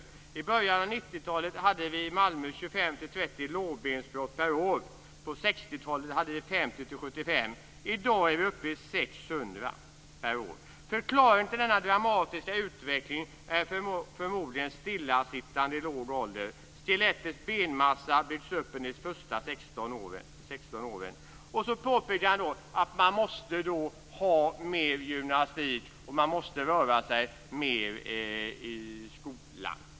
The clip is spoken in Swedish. Tidigare i Malmö var det 25-30 lårbensbrott per år. På 1960-talet var det 50-75. I dag är vi uppe i 600 per år. Förklaringen till denna dramatiska utveckling är förmodligen stillasittande i låg ålder. Skelettets benmassa byggs upp under de första 16 åren. Gärdsell påpekar att man måste ha mer gymnastik och röra sig mer i skolan.